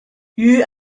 you